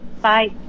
Bye